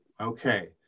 Okay